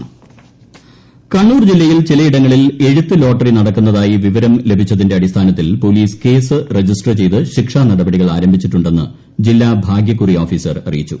ഭാഗ്യക്കുറി കണ്ണൂർ കണ്ണൂർ ജില്ലയിൽ ചിലയിടങ്ങളിൽ എഴുത്ത് ലോട്ടറി നടക്കുന്നതായി വിവരം ലഭിച്ചതിന്റെ അടിസ്ഥാനത്തിൽ പോലീസ് കേസ് രജിസ്റ്റർ ചെയ്ത് ശിക്ഷാനടപടികൾ ആരംഭിച്ചിട്ടുണ്ടെന്ന് ജില്ലാ ഭാഗ്യക്കുറി ഓഫീസർ അറിയിച്ചു